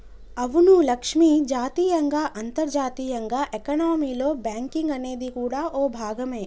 అవును లక్ష్మి జాతీయంగా అంతర్జాతీయంగా ఎకానమీలో బేంకింగ్ అనేది కూడా ఓ భాగమే